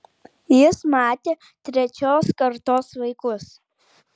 jis matė trečios kartos vaikus